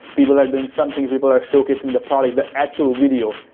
people are doing something, people are showcasing the product, the actual video,